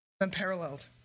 unparalleled